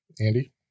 Andy